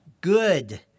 Good